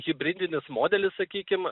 hibridinis modelis sakykim